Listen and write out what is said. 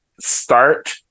Start